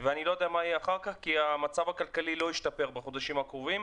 ואני לא יודע מה יהיה אחר כך כי המצב הכלכלי לא ישתפר בחודשים הקרובים.